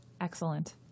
Excellent